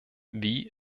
wie